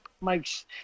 Mike's